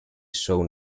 shown